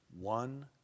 one